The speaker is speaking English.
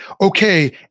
okay